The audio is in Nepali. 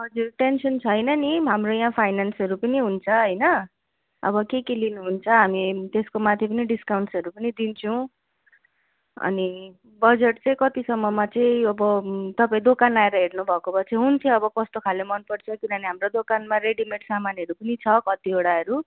हजुर टेन्सन छैन नि हाम्रो यहाँ फाइनेन्सहरू पनि हुन्छ होइन अब के के लिनुहुन्छ हामी त्यसको माथि पनि डिस्काउन्ट्सहरू पनि दिन्छु अनि बजेट चाहिँ कतिसम्ममा चाहिँ अब तपाईँ दोकान आएर हेर्नुभएको भए चाहिँ हुन्थ्यो अब कस्तो खाले मनपर्छ किनभने हाम्रो दोकानमा रेडिमेड सामानहरू पनि छ कतिवटाहरू